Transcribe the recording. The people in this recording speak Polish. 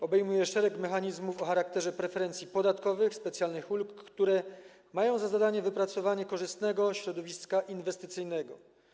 Obejmuje on szereg mechanizmów o charakterze preferencji podatkowych, specjalnych ulg, które mają za zadanie wypracowanie korzystnego środowiska inwestycyjnego.